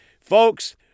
Folks